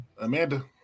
Amanda